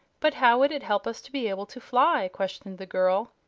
but how would it help us to be able to fly? questioned the girl.